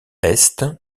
est